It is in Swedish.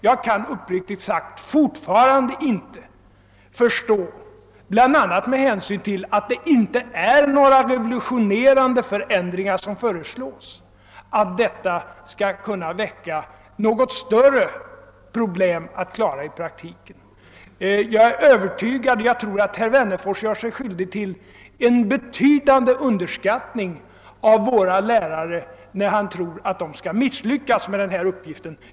Jag kan uppriktigt sagt fortfarande inte förstå, bl.a. med hänsyn till att det inte föreslås några revolutionerande förändringar, att den nya läroplanens genomförande skall kunna föranleda några problem i praktiken. Jag tror att herr Wennerfors gör sig skyldig till en betydande underskattning av våra lärare när han säger att de nog kommer att misslyckas med denna uppgift.